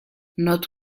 not